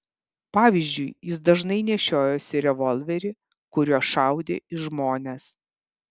pavyzdžiui jis dažnai nešiojosi revolverį kuriuo šaudė į žmones